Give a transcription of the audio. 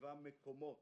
מקומות